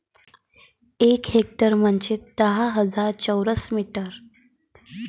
एक हेक्टर म्हंजे दहा हजार चौरस मीटर